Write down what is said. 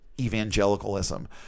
evangelicalism